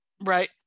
Right